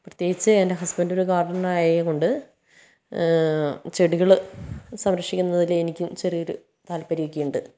പ്രത്യേകിച്ച് എന്റെ ഹസ്ബന്റ് ഒരു ഗാർഡനർ ആയതുകൊണ്ട് ചെടികൾ സംരക്ഷിക്കുന്നതിൽ എനിക്കും ചെറിയൊരു താല്പര്യമൊക്കെ ഉണ്ട്